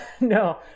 No